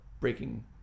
breaking